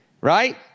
Right